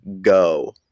Go